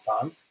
time